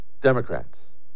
Democrats